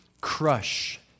crush